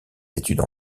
études